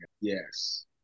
yes